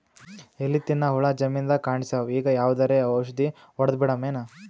ಎಲಿ ತಿನ್ನ ಹುಳ ಜಮೀನದಾಗ ಕಾಣಸ್ಯಾವ, ಈಗ ಯಾವದರೆ ಔಷಧಿ ಹೋಡದಬಿಡಮೇನ?